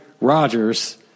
Rogers